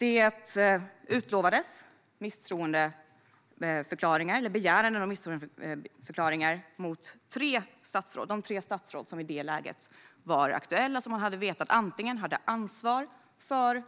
Det utlovades begäran om misstroendeförklaringar mot tre statsråd, de tre statsråd som i det läget var aktuella och antingen hade ansvar för